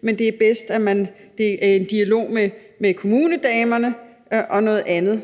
men at det er bedst, at det er i en dialog med kommunedamerne og andre,